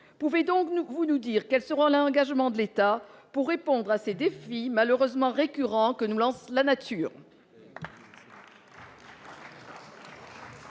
Pouvez-vous donc nous dire quel sera l'engagement de l'État pour répondre à ces défis, malheureusement récurrents, que nous lance la nature